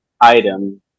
item